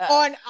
on